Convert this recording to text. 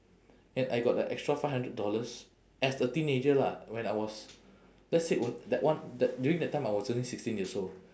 and I got a extra five hundred dollars as a teenager lah when I was let's say when that one that during that time I was only sixteen years old